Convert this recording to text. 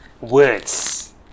Words